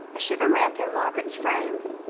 a shiver ran through margaret's frame.